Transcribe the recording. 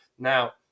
Now